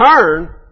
turn